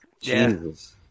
Jesus